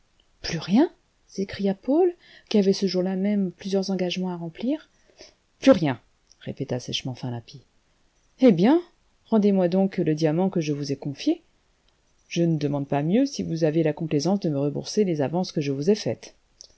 plus rien s'écria paul qui avait ce jour-là même plusieurs engagements à remplir plus rien répéta sèchement finlappi eh bien rendez-moi donc le diamant que je vous ai confié je ne demande pas mieux si vous avez la complaisance de me rembourser les avances que je vous ai faites